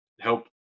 help